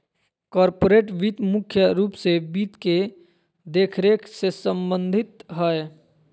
corporate वित्त मुख्य रूप से वित्त के देखरेख से सम्बन्धित हय